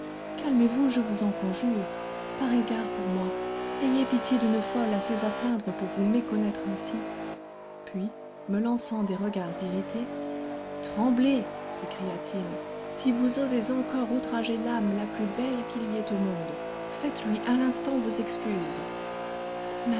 calmez-vous je vous en conjure par égard pour moi ayez pitié d'une folle assez à plaindre pour vous méconnaître ainsi puis me lançant des regards irrités tremblez s'écria-t-il si vous osez encore outrager l'âme la plus belle qu'il y ait au monde faites-lui à l'instant vos excuses ma